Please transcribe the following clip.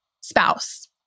spouse